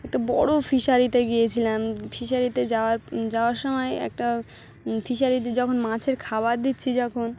একটা বড় ফিশারিতে গিয়েছিলাম ফিশারিতে যাওয়ার যাওয়ার সময় একটা ফিশারিতে যখন মাছের খাবার দিচ্ছি যখন